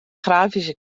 grafische